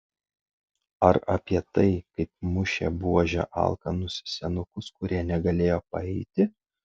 ar apie tai kaip mušė buože alkanus senukus kurie negalėjo paeiti